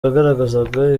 yagaragazaga